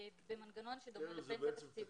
במנגנון שדומה לפנסיה תקציבית.